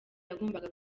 yagombaga